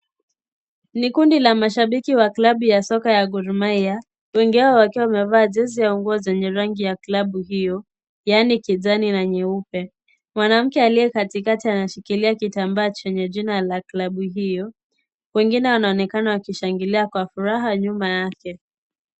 Ni kundi la mashabiki wa klabu ya soka la Gor mahia wengi wao wakiwa wamevaa jezi au nguo zenye rangi ya klabu hio, yaani kijani na nyeupe. Mwanamke aliye katikati anashikilia kitambaa chenye jina la klabu hio. Wengine wanaonekana wakishangilia kwa furaha nyuma yake.